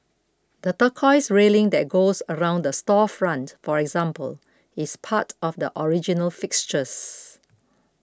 the turquoise railing that goes around the storefront for example is part of the original fixtures